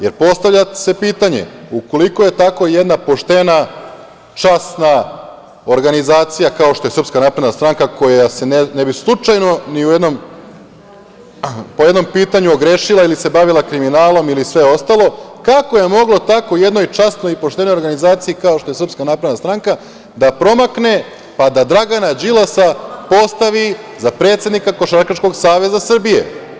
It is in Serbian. Jer, postavlja se pitanje ukoliko je tako jedna poštena, časna organizacija, kao što je SNS, koja se ne bi slučajno po jednom pitanju ogrešila, ili se bavila kriminalom, ili sve ostalo, kako je moglo tako jednoj časnoj i poštenoj organizaciji, kao što je SNS, da promakne, pa da Dragana Đilasa postavi za predsednika Košarkaškog Saveza Srbije?